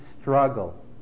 struggle